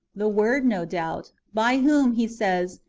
the word, no doubt, by whom, he says,